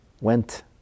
went